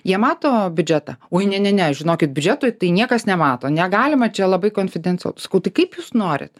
jie mato biudžetą oi ne ne ne žinokit biudžeto tai niekas nemato negalima čia labai konfidencialu sakau tai kaip jūs norit